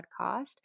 podcast